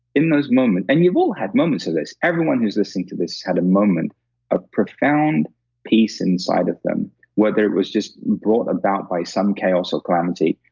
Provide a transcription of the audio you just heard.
in those moments, and you've all had moments of this. everyone who's listening to this has had a moment of profound peace inside of them whether it was just brought about by some chaos or calamity,